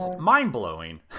mind-blowing